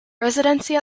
residency